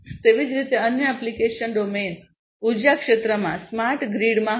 તેવી જ રીતે અન્ય એપ્લિકેશન ડોમેન ઉર્જા ક્ષેત્રમાં સ્માર્ટ ગ્રીડમાં હશે